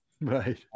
Right